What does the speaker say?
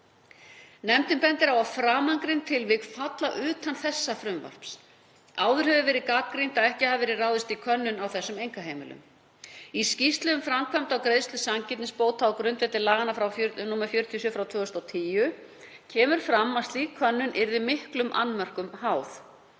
Nefndin bendir á að framangreind tilvik falla utan efnis þessa frumvarps. Áður hefur verið gagnrýnt að ekki hafi verið ráðist í könnun á þessum einkaheimilum. Í skýrslu um framkvæmd á greiðslu sanngirnisbóta á grundvelli laga nr. 47/2010 kemur fram að slík könnun yrði miklum annmörkum háð.